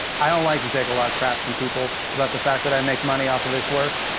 i don't like to take a lot of crap from people about the fact, that i make money off of this work.